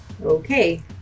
Okay